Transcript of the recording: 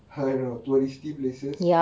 high level touristy places